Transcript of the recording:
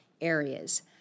areas